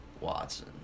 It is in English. Watson